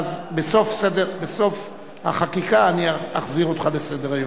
ואז, בסוף החקיקה אני אחזיר אותך לסדר-היום.